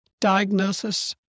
diagnosis